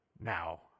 Now